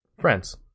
friends